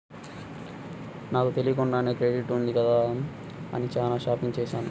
నాకు తెలియకుండానే క్రెడిట్ ఉంది కదా అని చానా షాపింగ్ చేశాను